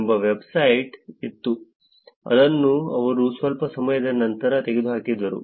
com ಎಂಬ website ಇತ್ತು ಅದನ್ನು ಅವರು ಸ್ವಲ್ಪ ಸಮಯದ ನಂತರ ತೆಗೆದುಹಾಕಿದರು